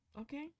Okay